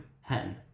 hen